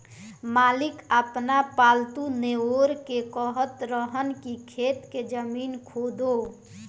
मालिक आपन पालतु नेओर के कहत रहन की खेत के जमीन खोदो